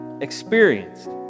experienced